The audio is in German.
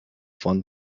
von